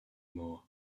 more